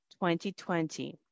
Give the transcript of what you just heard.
2020